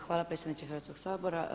Hvala predsjedniče Hrvatskog sabora.